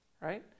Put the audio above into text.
right